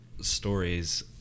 stories